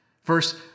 First